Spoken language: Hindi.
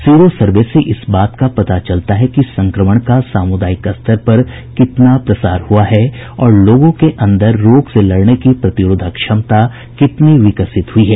सीरो सर्वे से इस बात का पता चलता है कि संक्रमण का सामुदायिक स्तर पर कितना प्रसार हुआ है और लोगों के अंदर रोग से लड़ने की प्रतिरोधक क्षमता कितनी विकसित हुई है